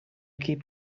keep